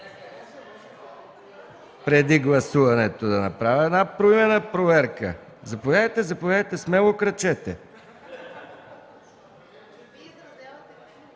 Преди гласуването, да направя поименна проверка? Заповядайте, заповядайте, смело крачете.